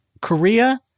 Korea